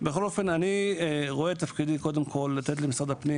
אני רואה את תפקידי קודם כל לתת למשרד הפנים